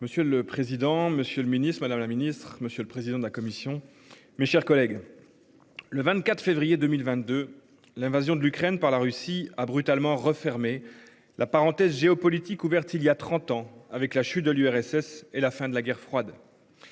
Monsieur le président, Monsieur le Ministre Madame la Ministre, Monsieur le président de la commission. Mes chers collègues. Le 24 février 2022. L'invasion de l'Ukraine par la Russie a brutalement refermé la parenthèse géopolitique ouverte il y a 30 ans avec la chute de l'URSS et la fin de la Guerre froide.